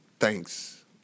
Thanks